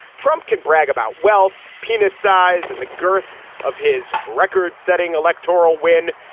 trump can brag about wealth, penis size and the girth of his record setting electoral win,